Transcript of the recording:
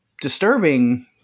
disturbing